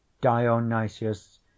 Dionysius